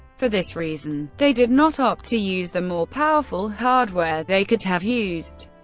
for this reason, they did not opt to use the more powerful hardware they could have used,